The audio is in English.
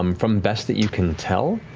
um from best that you can tell,